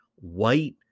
white